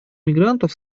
мигрантов